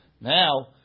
Now